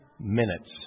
minutes